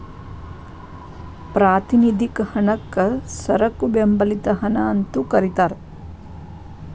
ಪ್ರಾತಿನಿಧಿಕ ಹಣಕ್ಕ ಸರಕು ಬೆಂಬಲಿತ ಹಣ ಅಂತೂ ಕರಿತಾರ